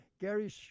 Gary